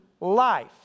life